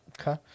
Okay